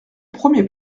premier